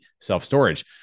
self-storage